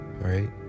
right